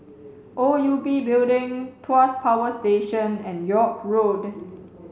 O U B Building Tuas Power Station and York Road